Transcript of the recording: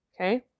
Okay